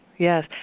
Yes